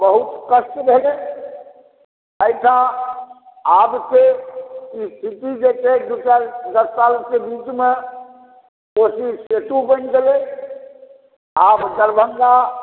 बहुत कष्ट भेलै एहिठाम आब के ईस्वी जे छै दू साल दस साल के बीच मे कोशी सेतु बनि गेलै आब दरभंगा